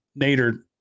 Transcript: Nader